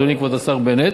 אדוני כבוד השר בנט,